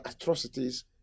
atrocities